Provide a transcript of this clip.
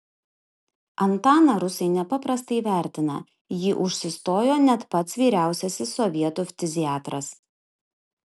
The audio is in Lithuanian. antaną rusai nepaprastai vertina jį užsistojo net pats vyriausiasis sovietų ftiziatras